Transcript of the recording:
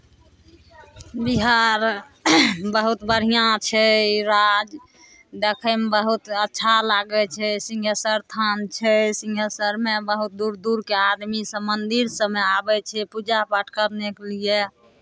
बिहार बहुत बढ़िआँ छै राज्य देखयमे बहुत अच्छा लागै छै सिंहेश्वर स्थान छै सिंहेश्वरमे बहुत दूर दूरके आदमीसभ मन्दिर सभमे आबै छै पूजा पाठ करनेके लिए